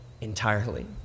entirely